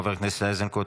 חבר הכנסת איזנקוט,